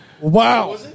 Wow